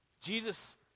Jesus